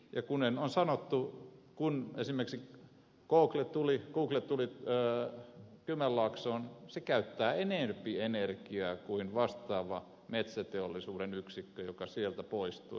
kuten on sanottu kun esimerkiksi google tuli kymenlaaksoon se käyttää enempi energiaa kuin vastaava metsäteollisuuden yksikkö joka sieltä poistui